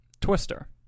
Twister